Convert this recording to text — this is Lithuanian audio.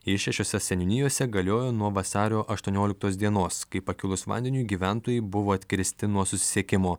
ji šešiose seniūnijose galiojo nuo vasario aštuonioliktos dienos kai pakilus vandeniui gyventojai buvo atkirsti nuo susisiekimo